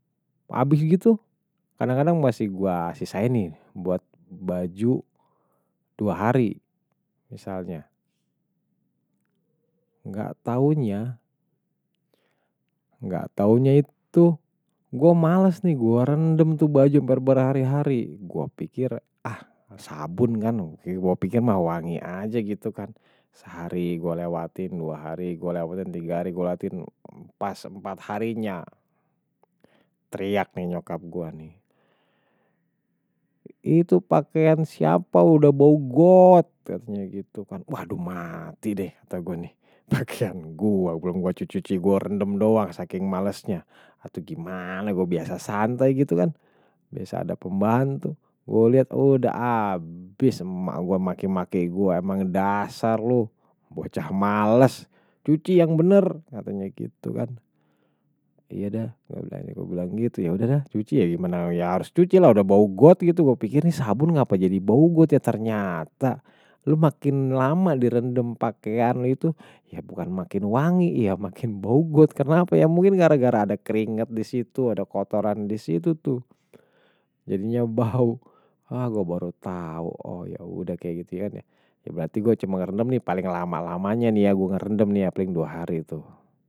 Abis gitu, kadang-kadang masih gue sisain nih buat baju dua hari misalnya. Nggak taunya, nggak taunya itu gue males nih, gue rendam tuh baju hampir berhari-hari. Gue pikir ah sabun kan, gue pikir mah wangi aja gitu kan. Sehari gue lewatin, dua hari gue lewatin, tiga hari gue lewatin. Pas empat harinya, teriak nih nyokap gue nih. Itu pakaian siapa udah bau got. Waduh mati deh, pakaian gue. Belum gue cuci-cuci, gue rendam doang saking malesnya. Atau gimana gue biasa santai gitu kan. Biasa ada pembantu, gue liat udah abis, maki maki gue emang dasar lu. bocah males, cuci yang bener katanya gitu kan. Iya dah, gue bilang gitu. Ya udah dah, cuci ya gimana. Ya harus cuci lah, udah bau got gitu. Gue pikir nih sabun ngapain jadi bau got ya ternyata. Lu makin lama di rendam pakaian lu itu, ya bukan makin wangi, makin bau got. Kenapa ya, mungkin gara-gara ada keringet di situ, ada kotoran di situ tuh. Jadinya bau, ah gue baru tahu, oh ya udah kayak gitu kan ya. Berarti gue cuma ngerendam nih paling lama-lamanya nih ya, gue ngerendam nih paling dua hari tuh.